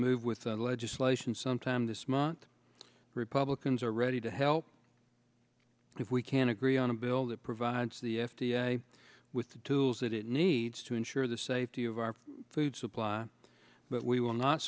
move with the legislation sometime this month republicans are ready to help if we can agree on a bill that provides the f d a with the tools that it needs to ensure the safety of our food supply but we will not